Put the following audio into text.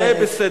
שזה ייראה בסדר.